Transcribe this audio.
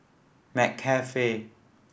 McCafe